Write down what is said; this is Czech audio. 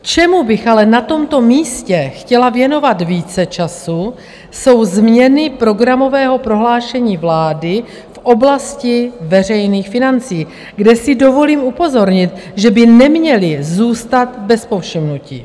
Čemu bych ale na tomto místě chtěla věnovat více času, jsou změny programového prohlášení vlády v oblasti veřejných financí, kde si dovolím upozornit, že by neměly zůstat bez povšimnutí.